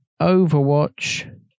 Overwatch